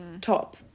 top